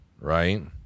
right